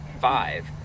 five